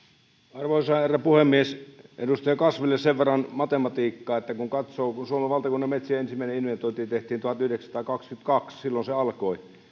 arvoisa herra puhemies edustaja kasville sen verran matematiikkaa että kun katsoo siitä hetkestä kun suomen valtakunnan metsien ensimmäinen inventointi tehtiin tuhatyhdeksänsataakaksikymmentäkaksi silloin se alkoi